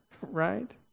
Right